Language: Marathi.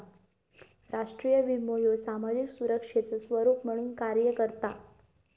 राष्ट्रीय विमो ह्यो सामाजिक सुरक्षेचो स्वरूप म्हणून कार्य करता